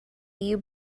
you